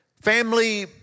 family